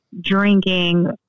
drinking